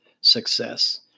success